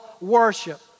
worship